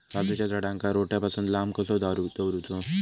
काजूच्या झाडांका रोट्या पासून लांब कसो दवरूचो?